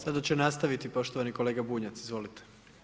Sada će nastaviti poštovani kolega Bunjac, izvolite.